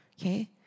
okay